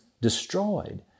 destroyed